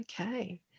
Okay